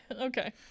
Okay